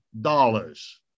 dollars